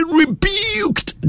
rebuked